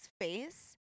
face